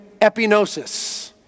Epinosis